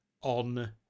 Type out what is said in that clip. on